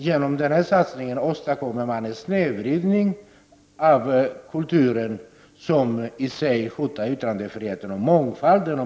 Genom denna satsning åstadkommer man en snedvridning av kulturen, som i sig hotar yttrandefriheten och mångfalden.